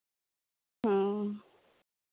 ᱦᱮᱸ